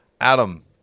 adam